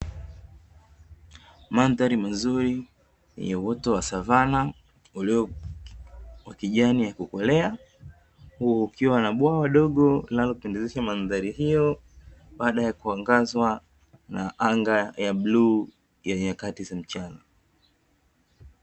Mandhari mazuri yenye mvuto wa savana ulio wa kijani ya kukolea, huku kukiwa na bwawa dogo linalopendezesha mandhari hiyo, baada ya kuangazwa na anga ya bluu ya nyakati za mchana.